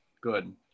Good